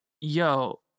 yo